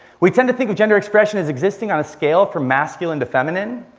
we tend to think of gender expression as existing on a scale from masculine to feminine.